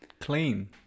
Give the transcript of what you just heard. clean